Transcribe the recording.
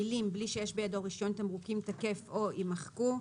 המילים "בלי שיש בידו רישיון תמרוקים תקף או" יימחקו,